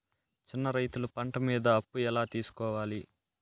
చిన్న రైతులు పంట మీద అప్పు ఎలా తీసుకోవాలి?